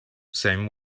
same